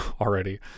already